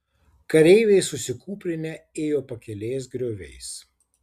kareiviai susikūprinę ėjo pakelės grioviais